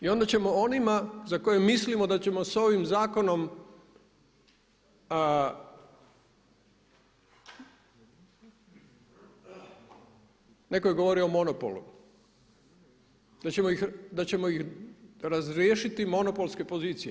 I onda ćemo onima za koje mislimo da ćemo sa ovim zakonom, netko je govorio o monopolu, da ćemo ih razriješiti monopolske pozicije.